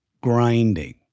grinding